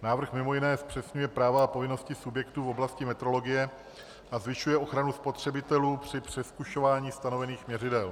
Návrh mimo jiné zpřesňuje práva a povinnosti subjektů v oblasti metrologii a zvyšuje ochranu spotřebitelů při přezkušování stanovených měřidel.